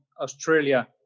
Australia